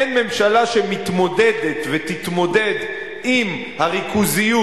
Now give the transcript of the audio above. אין ממשלה שמתמודדת ותתמודד עם הריכוזיות